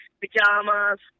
pajamas